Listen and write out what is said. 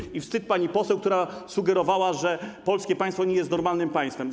I to wstyd, pani poseł, która sugerowała, że polskie państwo nie jest normalnym państwem.